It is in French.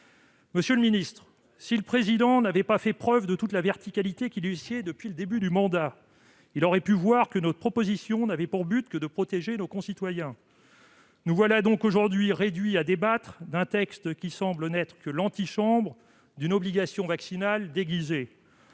Monsieur le ministre, si le Président de la République n'avait pas fait preuve de toute la verticalité qui lui sied depuis le début de son mandat, il aurait pu constater que notre proposition n'avait pour but que de protéger nos concitoyens. Nous voilà donc aujourd'hui réduits à débattre d'un texte qui semble n'être que l'antichambre d'une obligation vaccinale déguisée,